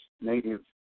native